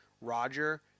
Roger